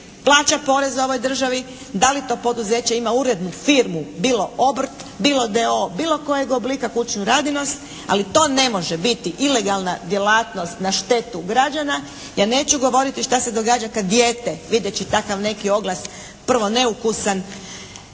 plaća porez ovoj državi, da li to poduzeće ima urednu firmu bilo obrt, bilo d.o.o. bilo kojeg oblika, kućnu radinost, ali to ne može biti ilegalna djelatnost na štetu građana. Ja neću govoriti šta se događa kad dijete videći takav neki oglas prvo neukusan,